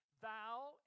thou